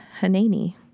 Hanani